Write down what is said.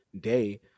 day